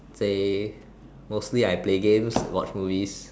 say mostly I play games watch movies